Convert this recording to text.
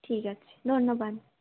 ঠিক আছে ধন্যবাদ